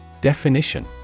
Definition